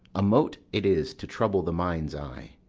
a mote it is to trouble the mind's eye.